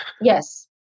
Yes